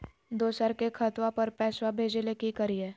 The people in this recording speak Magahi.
दोसर के खतवा पर पैसवा भेजे ले कि करिए?